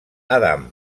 adam